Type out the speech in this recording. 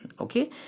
Okay